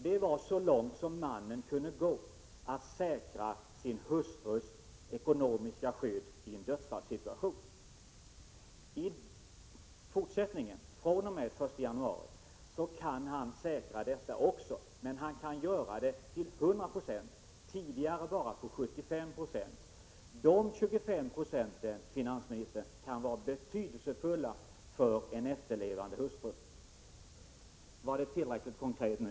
Det var så långt som mannen kunde gå för att säkra hustruns ekonomiska skydd i en dödsfallssituation. I fortsättningen, fr.o.m. den 1 januari, kan han också säkra det ekonomiska skyddet, men nu upp till 100 20. Tidigare kunde han bara göra detta till 75 96. De 25 procenten, finansministern, kan vara betydelsefulla för en efterlevande hustru. Var det tillräckligt konkret nu?